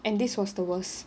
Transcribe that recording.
and this was the worst